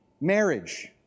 Marriage